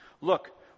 Look